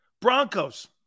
Broncos